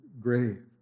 grave